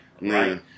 right